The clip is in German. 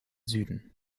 süden